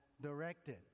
directed